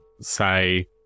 say